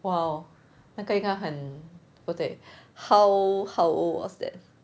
oh 那应该很不对 how how old was that